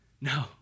No